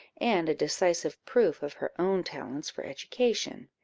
and a decisive proof of her own talents for education.